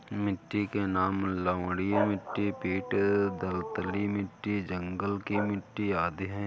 मिट्टी के नाम लवणीय मिट्टी, पीट दलदली मिट्टी, जंगल की मिट्टी आदि है